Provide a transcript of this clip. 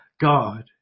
God